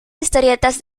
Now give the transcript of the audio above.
historietas